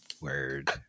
Word